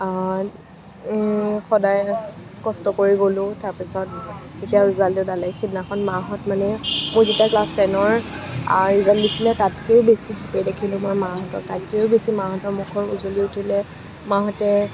সদায় কষ্ট কৰি গ'লোঁ তাৰপিছত যেতিয়া ৰিজাল্ট ওলালে সেইদিনাখন মাঁহত মানে মোৰ যেতিয়া ক্লাছ টেনৰ ৰিজাল্ট দিছিলে তাতকৈও বেছি দেখিলোঁ মই মাঁহতক তাতকৈও বেছি মাঁহতৰ মুখখন উজলি উঠিলে মাঁহতে